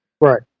Right